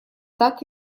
так